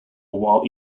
while